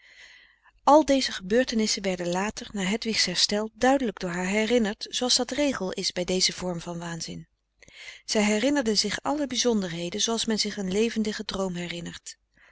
al deze gebeurtenissen werden later na hedwig's herstel duidelijk door haar herinnerd zooals dat regel is bij dezen vorm van waanzin zij herinnerde zich alle bizonderheden zooals men zich een levendigen droom herinnert